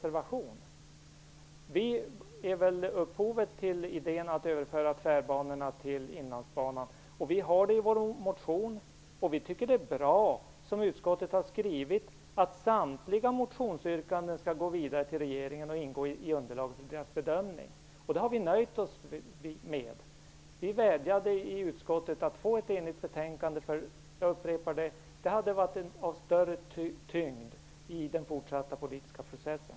Vi är upphovet till idén att överföra tvärbanorna till Inlandsbanan. Vi har nämnt det i vår motion. Vi tycker att det är bra som utskottet har skrivit att samtliga motionsyrkanden skall gå vidare till regeringen och ingå i underlaget för dess bedömning, och det har vi nöjt oss med. Vi vädjade i utskottet om ett enigt betänkande. Det hade haft - jag vill upprepa det - en större tyngd i den fortsatta politiska processen.